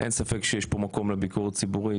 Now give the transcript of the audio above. אין ספק שיש פה מקום לביקורת ציבורית,